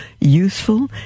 useful